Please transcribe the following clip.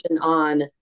on